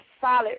solid